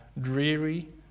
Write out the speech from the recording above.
dreary